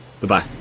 Goodbye